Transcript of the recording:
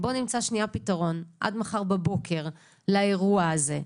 בוא נמצא פתרון עד מחר בבוקר לאירוע הזה,